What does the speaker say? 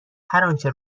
هرآنچه